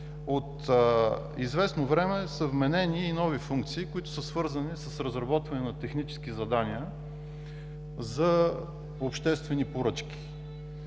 от известно време са вменени и нови функции, които са свързани с разработване на технически задания за обществени поръчки.